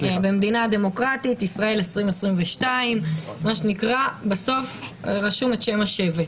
במדינה דמוקרטית בישראל 2022 בסוף רשום שם השבט.